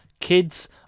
Kids